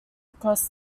across